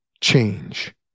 change